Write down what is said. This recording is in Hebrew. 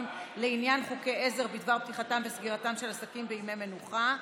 לעניין חוקי עזר בדבר פתיחתם וסגירתם של עסקים בימי מנוחה).